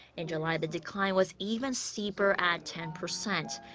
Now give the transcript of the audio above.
in july, the decline was even steeper at ten percent.